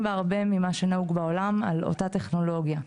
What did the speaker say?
בהרבה ממה שנהוג בעולם על אותה הטכנולוגיה.